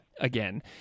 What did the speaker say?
again